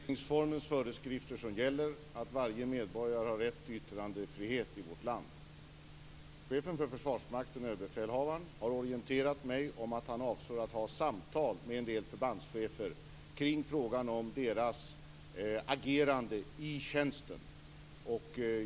Herr talman! Det är regeringsformens föreskrifter som gäller, och det är att varje medborgare har rätt till yttrandefrihet i vårt land. Chefen för Försvarsmakten, överbefälhavaren, har orienterat mig om att han avser att ha samtal med en del förbandschefer kring frågan om deras agerande i tjänsten.